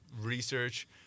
research